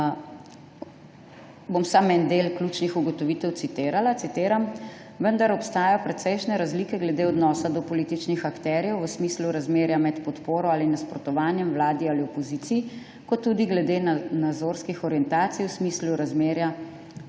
bom samo en del ključnih ugotovitev citirala. Citiram: »Vendar obstajajo precejšnje razlike glede odnosa do političnih akterjev v smislu razmerja med podporo ali nasprotovanjem vladi ali opoziciji kot tudi glede nazorskih orientacij v smislu razmerja